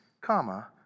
comma